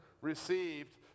received